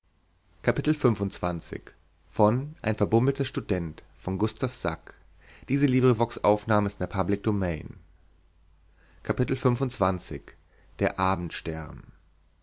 ein verbummelter student der